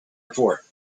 report